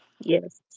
Yes